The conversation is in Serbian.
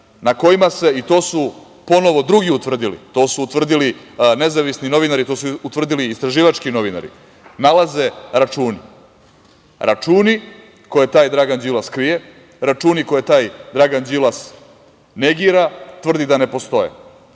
na kojima se, i to su ponovo, drugi utvrdili, to su utvrdili nezavisni novinari, to su utvrdili istraživački novinari, nalaze računi, računi koje taj Dragan Đilas krije, računi koje taj Dragan Đilas negira, tvrdi da ne postoje,